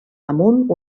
amunt